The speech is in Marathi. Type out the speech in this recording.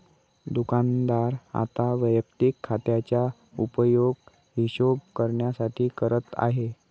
दुकानदार आता वैयक्तिक खात्याचा उपयोग हिशोब करण्यासाठी करत आहे